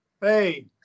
Hey